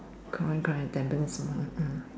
correct correct Tampines Mall the